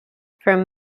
from